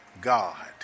God